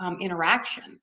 interaction